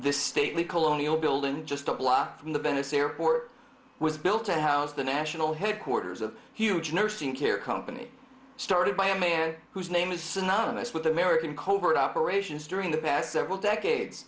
this stately colonial building just a block from the venice airport was built to house the national headquarters of a huge nursing care company started by a man whose name is synonymous with american covert operations during the past several decades